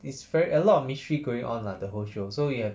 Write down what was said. it's very a lot of mystery going on lah the whole show so you have